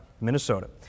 Minnesota